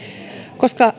koska